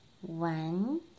One